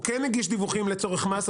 הוא כן הגיש דיווחים לצורך מס,